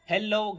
Hello